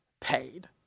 paid